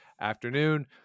afternoon